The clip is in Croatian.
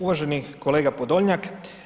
Uvaženi kolega Podolnjak.